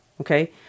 Okay